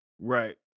Right